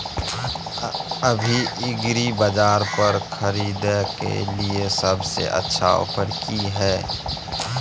अभी एग्रीबाजार पर खरीदय के लिये सबसे अच्छा ऑफर की हय?